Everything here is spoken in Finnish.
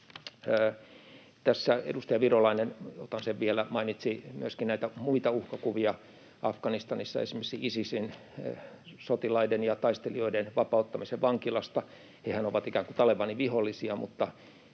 Tässä edustaja Virolainen — otan sen vielä — mainitsi myöskin muita uhkakuvia Afganistanissa, esimerkiksi Isisin sotilaiden ja taistelijoiden vapauttamisen vankilasta. Hehän ovat ikään kuin Talebanin vihollisia,